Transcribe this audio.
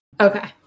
Okay